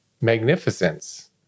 magnificence